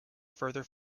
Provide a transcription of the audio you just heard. further